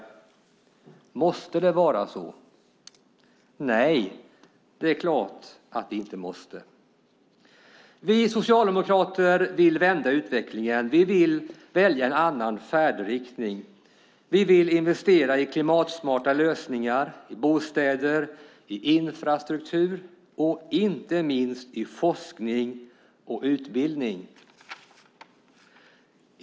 Måste det vara så? Nej, det är klart att det inte måste. Vi socialdemokrater vill vända utvecklingen. Vi vill välja en annan färdriktning. Vi vill investera i klimatsmarta lösningar, i bostäder, i infrastruktur och inte minst i forskning och utbildning.